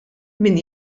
min